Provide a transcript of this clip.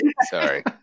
Sorry